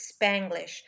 Spanglish